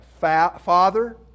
Father